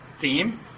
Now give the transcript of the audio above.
theme